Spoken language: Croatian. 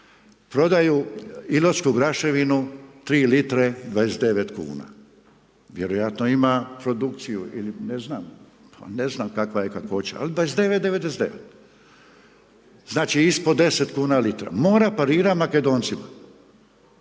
prodaju iločku graševinu 3 litre 29 kuna. Vjerojatno ima produkciju ili ne znam. Ne znam kakva je kakvoća, ali 29,99. Znači ispod 10 kuna litra. Mora parirati Makedoncima.